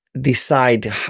decide